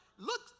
Look